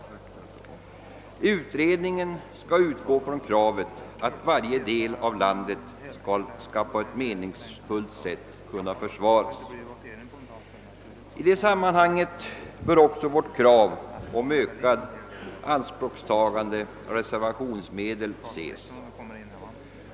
Utredningen skall utgå från kravet att varje del av landet skall på ett meningsfullt sätt kunna försvaras. I detta sammanhang bör också vårt krav om ökat ianspråktagande av reservationsmedel ses.